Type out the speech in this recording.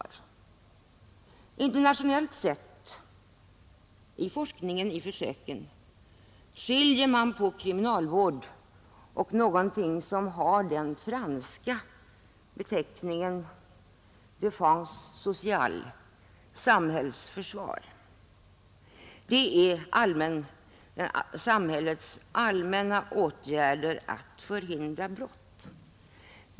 Internationellt skiljer man på kriminalvård och någonting som har den franska beteckningen défense sociale, samhällsförsvar, dvs. samhällets allmänna åtgärder för att förhindra brott.